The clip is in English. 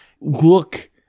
look